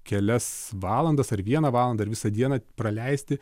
kelias valandas ar vieną valandą ar visą dieną praleisti